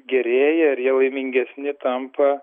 gerėja ir jie laimingesni tampa